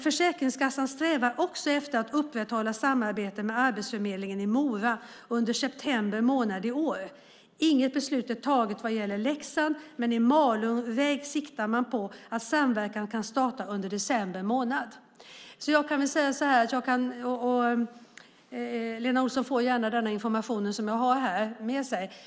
Försäkringskassan strävar efter att upprätta samarbete med Arbetsförmedlingen i Mora under september månad i år. Inget beslut är fattat vad gäller Leksand, men i Malung siktar man på att samverkan kan starta under december månad. Lena Olsson får gärna den information jag har.